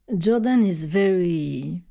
jordan is very,